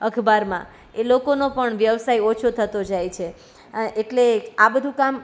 અખબારમાં એ લોકોનો પણ વ્યવસાય ઓછો થતો જાય છે અ એટલે આ બધું કામ